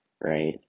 right